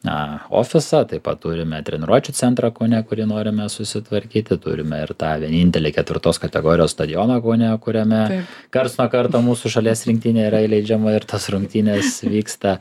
na ofisą taip pat turime treniruočių centrą kaune kurį norime susitvarkyti turime ir tą vienintelį ketvirtos kategorijos stadioną kaune kuriame karts nuo karto mūsų šalies rinktinė yra įleidžiama ir tos rungtynės vyksta